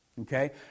Okay